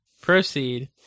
Proceed